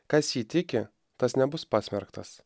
kas jį tiki tas nebus pasmerktas